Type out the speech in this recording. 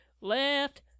left